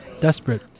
Desperate